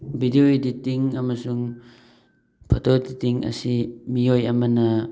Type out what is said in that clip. video editing ꯑꯃꯁꯨꯡ photo editing ꯑꯁꯤ ꯃꯤꯑꯣꯏ ꯑꯃꯅ